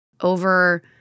over